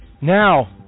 Now